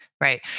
right